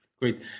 Great